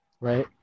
right